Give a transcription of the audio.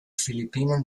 philippinen